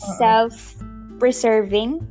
self-preserving